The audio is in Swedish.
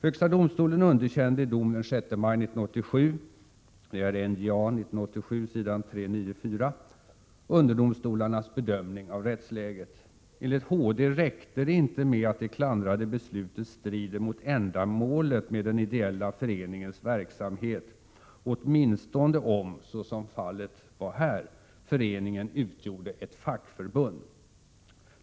Högsta domstolen underkände i dom den 6 maj 1987 underdomstolarnas bedömning av rättsläget. Enligt HD räckte det icke med att det klandrade beslutet strider mot ändamålet med den ideella föreningens verksamhet, åtminstone om — såsom fallet var här — föreningen utgjorde ett fackförbund.